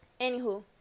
anywho